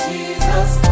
Jesus